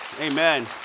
Amen